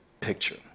picture